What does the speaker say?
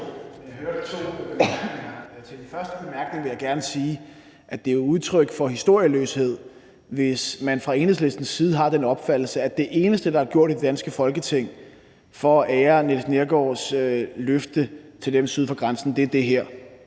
Til den første bemærkning vil jeg gerne sige, at det jo er udtryk for historieløshed, hvis man fra Enhedslistens side har den opfattelse, at det eneste, der er gjort i det danske Folketing for at ære Niels Neergaards løfte til dem syd for grænsen, er det her.